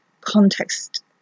context